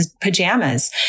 pajamas